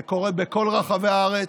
זה קורה בכל רחבי הארץ,